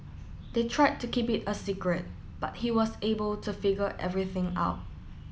they tried to keep it a secret but he was able to figure everything out